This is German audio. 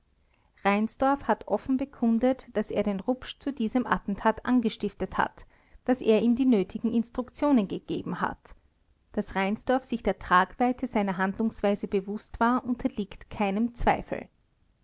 reinsdorf hat offen bekundet daß er den rupsch zu diesem attentat angestiftet hat daß er ihm die nötigen instruktionen gegeben hat daß reinsdorf sich der tragweite seiner handlungsweise bewußt war unterliegt keinem zweifel